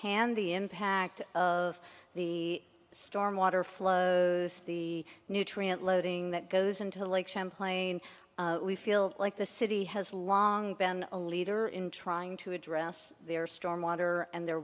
hand the impact of the storm water flows the nutrient loading that goes into lake champlain we feel like the city has long been a leader in trying to address their stormwater and their